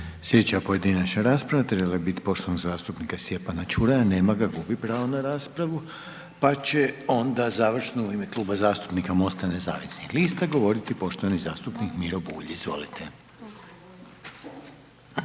Sljedeća pojedinačna rasprava trebala je biti poštovanog zastupnika Stjepana Čuraja. Nema ga, gubi pravo na raspravu. Pa će onda završno u ime Kluba zastupnika MOST-a nezavisnih lista govoriti poštovani zastupnik Miro Bulj. Izvolite.